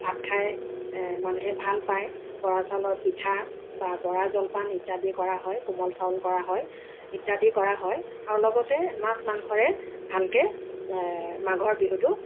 ভাত খাই মানুহে ভাল পায় বৰা চাউলৰ পিঠা বা বৰা জলপান ইত্যাদি কৰা হয় কোমল চাউল কৰা হয় ইত্যাদি কৰা হয় আৰু লগতে মাছ মাংসৰে ভালকৈ মাঘৰ বিহুটো